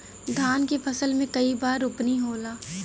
धान के फसल मे कई बार रोपनी होला?